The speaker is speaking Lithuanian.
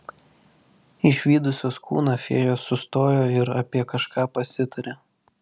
išvydusios kūną fėjos sustojo ir apie kažką pasitarė